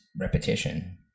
repetition